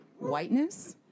whiteness